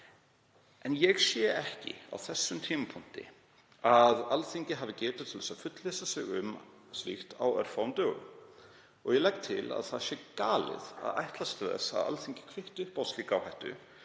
En ég sé ekki á þessum tímapunkti að Alþingi hafi getu til þess að fullvissa sig um slíkt á örfáum dögum. Ég tel að það sé galið að ætlast til þess að Alþingi kvitti upp á slíka áhættu